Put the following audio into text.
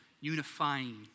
unifying